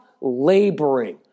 laboring